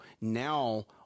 now